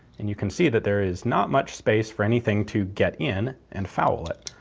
and you can see that there is not much space for anything to get in and foul it.